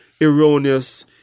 erroneous